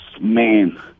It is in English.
man